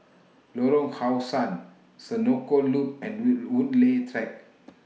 Lorong How Sun Senoko Loop and We Woodleigh Track